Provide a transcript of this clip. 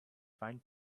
fine